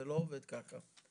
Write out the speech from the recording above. זה לא עובד ככה.